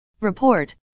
Report